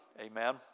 amen